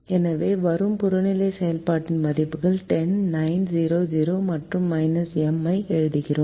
எனவே வரும் புறநிலை செயல்பாடு மதிப்புகள் 10 9 0 0 மற்றும் M ஐ எழுதுகிறோம்